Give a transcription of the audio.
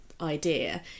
idea